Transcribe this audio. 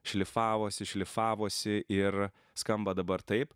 šlifavosi šlifavosi ir skamba dabar taip